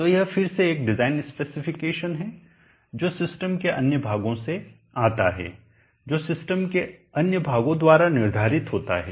तो यह फिर से एक डिज़ाइन स्पेसिफिकेशन है जो सिस्टम के अन्य भागों से आता है जो सिस्टम के अन्य भागों द्वारा निर्धारित होता है